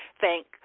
thank